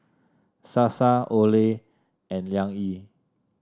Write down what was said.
Sasa Olay and Liang Yi